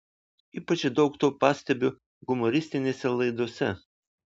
ypač daug to pastebiu humoristinėse laidose